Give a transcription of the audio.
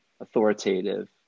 authoritative